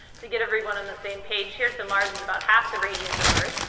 to get everyone on the same page here so, mars is about half the radius of earth.